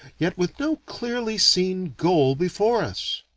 yet with no clearly seen goal before us.